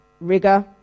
rigor